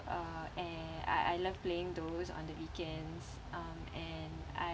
uh and I I love playing those on the weekends um and I